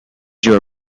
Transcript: your